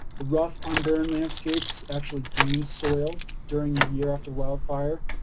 the rough on burned landscapes actually gained soil during the year after wildfire.